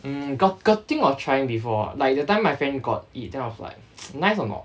um got got think of trying before ah like that time my friend got eat then I was like nice or not